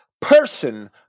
person